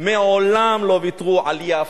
מעולם לא ויתרו על יפא,